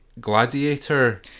gladiator